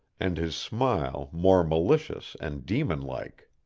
and his smile more malicious and demon-like.